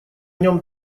нём